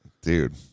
dude